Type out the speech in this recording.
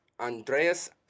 Andreas